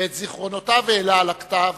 ואת זיכרונותיו העלה על הכתב